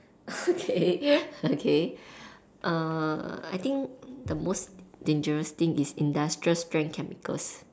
okay okay uh I think the most dangerous thing is industrial strength chemicals